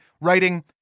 writing